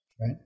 Right